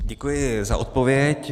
Děkuji za odpověď.